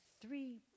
three